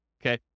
okay